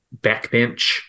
backbench